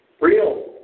real